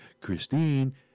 Christine